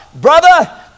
Brother